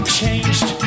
changed